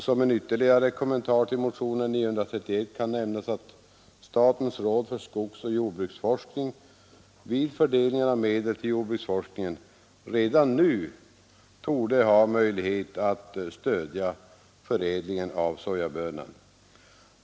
Som en ytterligare kommentar till motionen 931 kan sägas att statens råd för skogsoch jordbruksforskning vid fördelning av medel till jordbruksforskningen redan nu torde ha möjlighet att stödja förädlingen av sojabönan.